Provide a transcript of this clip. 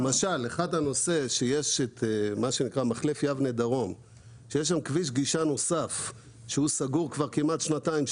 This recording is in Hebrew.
למשל מחלף יבנה דרום שיש שם כביש גישה נוסף שסגור כבר כמעט שנתיים,